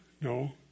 no